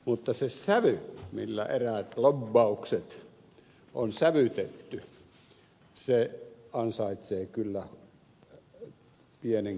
mutta se sävy millä eräät lobbaukset on sävytetty ansaitsee kyllä pienen kommentin